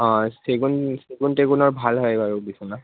অঁ চেগুণ চেগুণ তেগুণৰ ভাল হয় বাৰু বিচনা